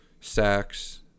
sacks